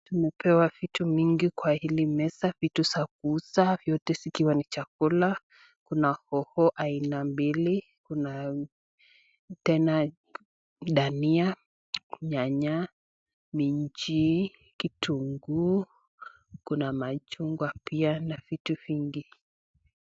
Tumepewa vitu mingi kwa hili meza vitu za kuuza vyote zikiwa ni chakula ,kuna hoho aina mbili , kuna tena dania , nyanya,(cs)minji(cs) , kitunguu ,kuna machungwa pia na vitu vingi.